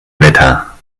wetter